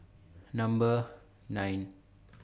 Number nine